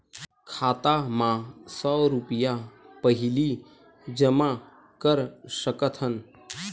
खाता मा सौ रुपिया पहिली जमा कर सकथन?